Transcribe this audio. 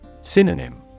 Synonym